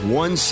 one